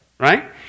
Right